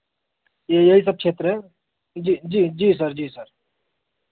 ये यही सब क्षेत्र है जी जी जी सर जी सर